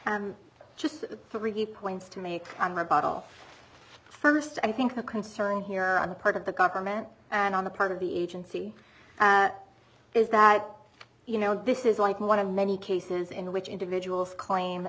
three points to make on my part off first i think the concern here on the part of the government and on the part of the agency is that you know this is like one of many cases in which individuals claim